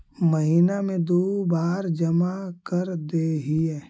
महिना मे दु बार जमा करदेहिय?